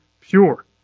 pure